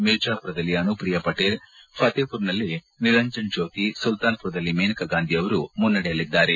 ಮಿರ್ಜಾಪುರದಲ್ಲಿ ಅನುಪ್ರಿಯಾ ಪಟೇಲ್ ಫತ್ತೇಪುರದಲ್ಲಿ ನಿರಂಜನ್ ಜ್ಜೋತಿ ಸುಲ್ತಾನ್ ಪುರದಲ್ಲಿ ಮೇನಕಾಗಾಂಧಿ ಮುನ್ನಡೆಯಲ್ಲಿದ್ದಾರೆ